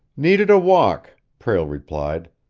needed a walk, prale replied.